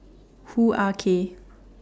Hoo Ah Kay